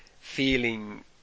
feeling